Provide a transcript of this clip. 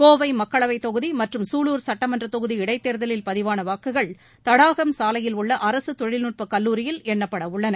கோவை மக்களவைத் தொகுதி மற்றும் சூலூர் சட்டமன்றத் தொகுதி இடைத் தேர்தலில் பதிவான வாக்குகள் தடாகம் சாலையில் உள்ள அரசு தொழில்நுட்பக் கல்லூரியில் எண்ணப்பட உள்ளன